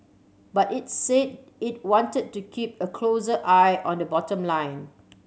but it's said it wanted to keep a closer eye on the bottom line